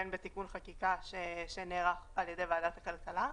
בין בתיקון חקיקה שנערך על ידי ועדת הכלכלה,